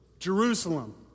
Jerusalem